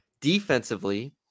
Defensively